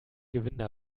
gewinde